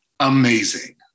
Amazing